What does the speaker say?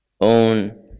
own